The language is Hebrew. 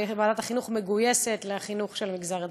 ועדת החינוך מגויסת לחינוך של המגזר הדרוזי.